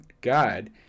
God